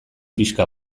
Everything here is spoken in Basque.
pixka